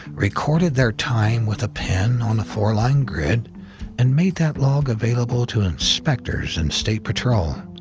recorded their time with a pen on a four-line grid and made that log available to inspectors and state patrol.